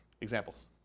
Examples